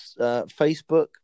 Facebook